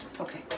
Okay